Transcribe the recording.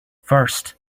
first